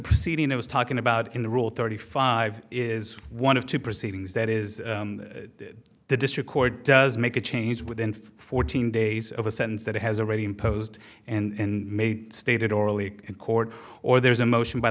proceeding i was talking about in the rule thirty five is one of two proceedings that is that the district court does make a change within fourteen days of a sentence that has already imposed and stated orally in court or there's a motion by